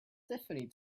tiffany